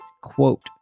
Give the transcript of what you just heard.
quote